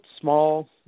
small